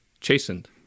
chastened